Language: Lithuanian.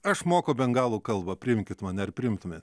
aš moku bengalų kalbą priimkit mane ar priimtumėt